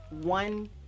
one